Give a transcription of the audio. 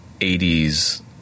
80s